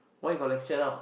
why you lecture now